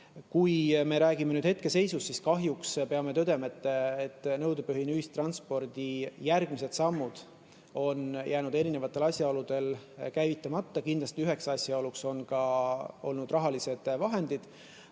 Kui me räägime nüüd hetkeseisust, siis kahjuks peame tõdema, et nõudepõhise ühistranspordi järgmised sammud on jäänud erinevatel asjaoludel käivitamata. Kindlasti üheks asjaoluks on ka olnud rahalised vahendid.